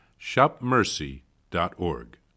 shopmercy.org